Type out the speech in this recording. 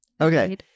okay